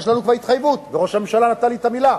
יש לנו בהתחייבות וראש הממשלה נתן לי את המלה.